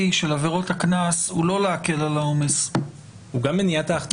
של עבירות הקנס הוא לא להקל על העומס --- הוא גם מניעת ההכתמה.